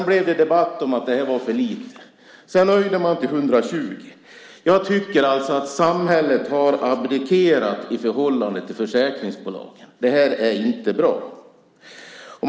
Det blev en debatt om att det var för lite. Sedan höjde man till 120 000 kronor. Samhället har abdikerat i förhållande till försäkringsbolagen. Det är inte bra.